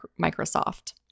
Microsoft